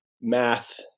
math